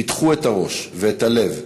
פתחו את הראש ואת הלב,